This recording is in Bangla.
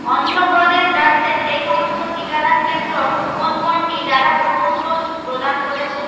অন্ধ্রপ্রদেশ রাজ্যে সেই সমস্ত টিকাদান কেন্দ্র কোন কোনটি যারা প্রথম ডোজ প্রদান করেছে